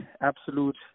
absolute